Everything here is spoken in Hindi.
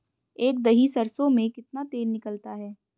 एक दही सरसों में कितना तेल निकलता है?